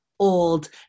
old